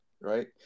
Right